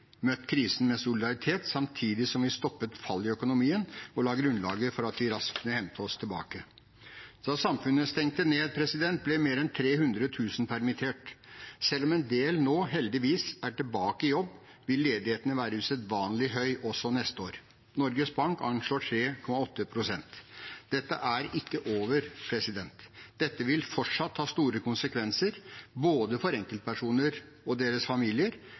krisen med solidaritet, samtidig som vi stopper fallet i økonomien og la grunnlaget for at vi raskt kunne hente oss tilbake. Da samfunnet stengte ned, ble mer enn 300 000 permittert. Selv om en del nå heldigvis er tilbake i jobb, vil ledigheten være usedvanlig høy også neste år. Norges Bank anslår 3,8 pst. Dette er ikke over. Dette vil fortsatt ha store konsekvenser for enkeltpersoner og deres familier,